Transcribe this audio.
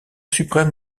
suprême